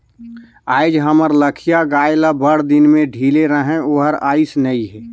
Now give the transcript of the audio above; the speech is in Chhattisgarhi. आयज हमर लखिया गाय ल बड़दिन में ढिले रहें ओहर आइस नई हे